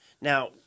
Now